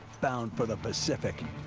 bound for the pacific.